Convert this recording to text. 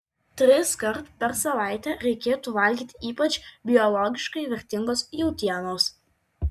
triskart per savaitę reikėtų valgyti ypač biologiškai vertingos jautienos